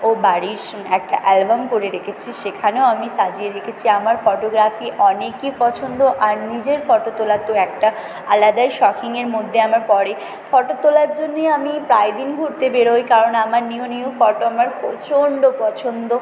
ও বাড়ির একটা অ্যালবাম করে রেখেছি সেখানেও আমি সাজিয়ে রেখেছি আমার ফটোগ্রাফি অনেকই পছন্দ আর নিজের ফটো তোলা তো একটা আলাদাই মধ্যে আমার পড়ে ফটো তোলার জন্যই আমি প্রায় দিন ঘুরতে বেরোই কারণ আমার নিউ নিউ ফটো আমার প্রচণ্ড পছন্দ